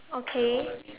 okay